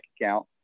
account